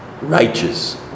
righteous